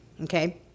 Okay